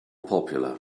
popular